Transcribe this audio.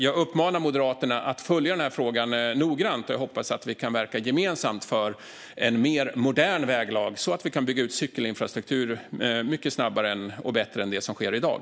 Jag uppmanar Moderaterna att följa denna fråga noggrant. Jag hoppas att vi kan verka gemensamt för en mer modern väglag, så att vi kan bygga ut cykelinfrastrukturen mycket snabbare och bättre än vad som sker i dag.